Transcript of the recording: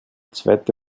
zweite